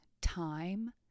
time